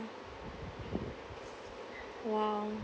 !wow!